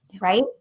right